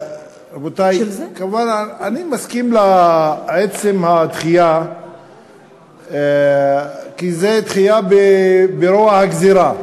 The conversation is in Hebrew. אני מסכים לעצם הדחייה כי זו דחייה של רוע הגזירה,